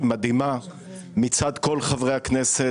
מדהימה מצד כל חברי הכנסת.